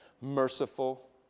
merciful